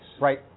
Right